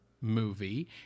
movie